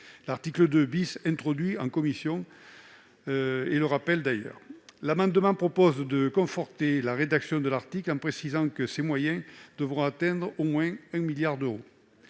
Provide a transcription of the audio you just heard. l'article 2 introduit en commission le rappelle fort justement. Cet amendement tend à conforter la rédaction de l'article, en précisant que ces moyens devront atteindre « au moins » 1 milliard d'euros.